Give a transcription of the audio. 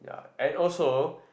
and also